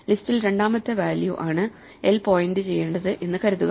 ലിസ്റ്റിൽ രണ്ടാമത്തെ വാല്യൂ ആണ് l പോയിന്റ് ചെയ്യേണ്ടത് എന്ന് കരുതുക